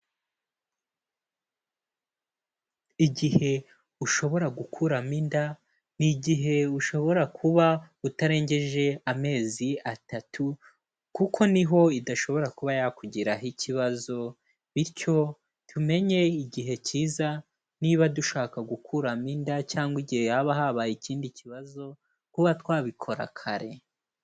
Igihe ushobora gukuramo inda ni igihe ushobora kuba utarengeje amezi atatu kuko niho idashobora kuba yakugiraho ikibazo, bityo tumenye igihe cyiza niba dushaka gukuramo inda cyangwa igihe haba habaye ikindi kibazo kuba twabikora kare.